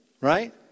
right